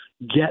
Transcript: get